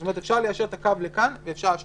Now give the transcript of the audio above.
זאת אומרת, אפשר ליישר את הקו לכאן או לכאן.